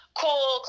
cool